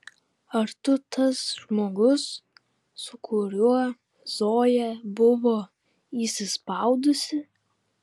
ar tu tas žmogus su kuriuo zoja buvo įsispaudusi